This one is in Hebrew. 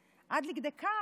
עד כדי כך,